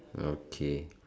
okay